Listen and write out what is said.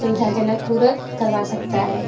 सुविधाजनक पूरक करवा सकता है